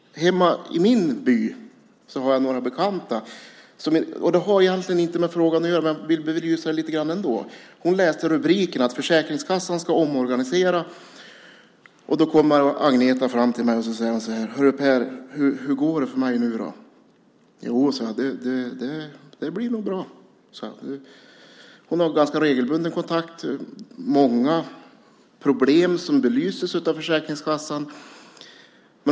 I min hemby har jag några bekanta. Det här har egentligen inte med frågan att göra men jag vill ändå belysa det lite grann. En av mina bekanta, Agneta, hade läst rubriken att Försäkringskassan ska omorganiseras. Hon kom fram till mig och sade: Hördu Per, hur går det för mig nu då? Jag sade: Jo, det blir nog bra. Hon har haft ganska regelbunden kontakt med Försäkringskassan och fått många problem belysta.